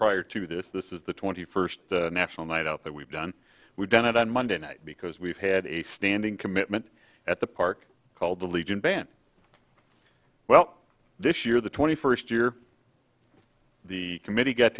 prior to this this is the twenty first national night out that we've done we've done it on monday night because we've had a standing commitment at the park called the legion band well this year the twenty first year the committee get